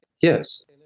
Yes